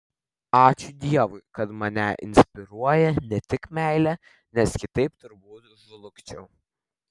ačiū dievui kad mane inspiruoja ne tik meilė nes kitaip turbūt žlugčiau